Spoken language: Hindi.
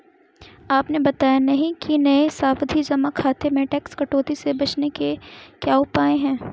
आपने बताया नहीं कि नये सावधि जमा खाते में टैक्स कटौती से बचने के क्या उपाय है?